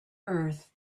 earth